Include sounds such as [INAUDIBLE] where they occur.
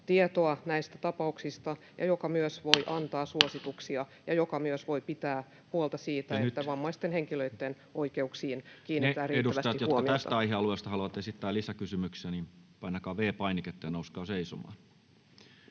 tietoa näistä tapauksista ja joka myös voi antaa [NOISE] suosituksia ja joka myös voi pitää huolta siitä, että vammaisten henkilöiden oikeuksiin kiinnitetään riittävästi huomiota. Nyt ne edustajat, jotka samasta aihealueesta haluavat esittää lisäkysymyksen, painakaa V-painiketta ja nouskaa seisomaan.